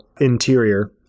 interior